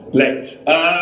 late